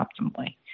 optimally